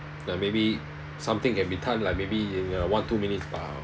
like maybe something can be done like maybe in uh one two minutes but